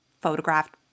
photographed